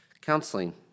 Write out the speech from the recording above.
counseling